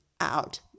out